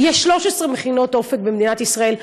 יש 13 מכינות "אופק" במדינת ישראל,